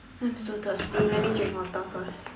I'm so thirsty let me drink water first